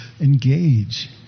engage